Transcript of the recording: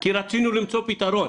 היא כי רצינו למצוא פתרון.